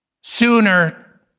sooner